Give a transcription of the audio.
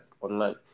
online